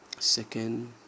Second